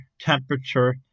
temperature